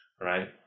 right